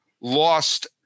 lost